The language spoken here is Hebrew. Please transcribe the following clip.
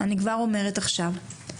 אני כבר אומרת עכשיו,